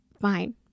fine